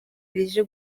bije